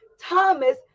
Thomas